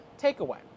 Takeaway